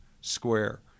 square